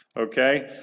Okay